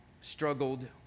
struggled